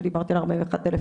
אני דיברתי על ארבעים ואחד אלף